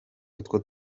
utwo